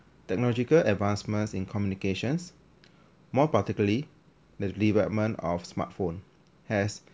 technological advancements in communications more particularly the development of smartphone has